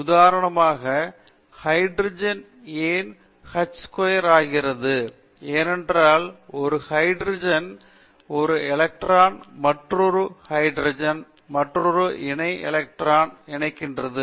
உதாரணமாக ஹைட்ரஜன் ஏன் H2 ஆக இருக்கிறது ஏனென்றால் ஒரு ஹைட்ரஜன் ஒரு எலக்ட்ரானின் மற்றொரு இணை ஹைட்ரஜன் மற்றொரு இணை எலக்ட்ரானுடன் ஒருங்கிணைகிறது